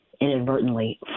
inadvertently